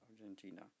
Argentina